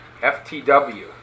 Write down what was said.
FTW